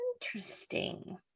Interesting